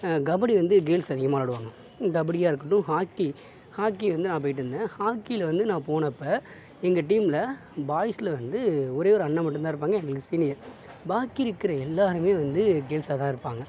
கபடி வந்து கேல்ஸ் அதிகமாக விளாடுவாங்க கபடியாகருக்கட்டும் ஹாக்கி ஹாக்கி வந்து நான் போயிட்டு வந்தேன் ஹாக்கியில் வந்து நான் போனப்போ எங்கள் டீமில் பாய்ஸில் வந்து ஒரே ஒரு அண்ணன் மட்டும்தான் இருப்பாங்க எங்களுக்கு சீனியர் பாக்கியிருக்குற எல்லோருமே வந்து கேல்ஸாகதான் இருப்பாங்க